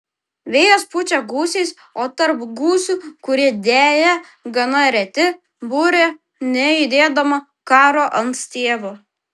vėjas pučia gūsiais o tarp gūsių kurie deja gana reti burė nejudėdama karo ant stiebo